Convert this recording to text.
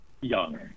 young